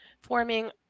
forming